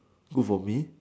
good for me